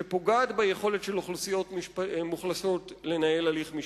שפוגעת ביכולת של אוכלוסיות מוחלשות לנהל הליך משפטי,